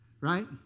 right